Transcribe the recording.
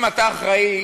אם אתה אחראי,